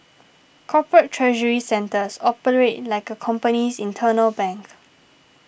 corporate treasury centres operate like a company's internal bank